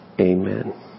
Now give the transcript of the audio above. Amen